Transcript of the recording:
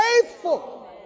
faithful